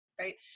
Right